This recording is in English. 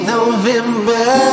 November